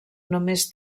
només